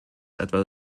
etwa